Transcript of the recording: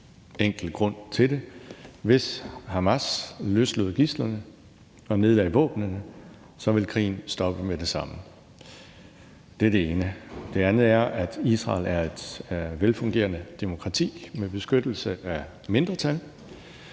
enkle grunde til det. Hvis Hamas løslod gidslerne og nedlagde våbnene, ville krigen stoppe med det samme. Det er det ene. Det andet er, at Israel er et velfungerende demokrati med beskyttelse af mindretal.